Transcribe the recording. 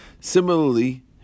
Similarly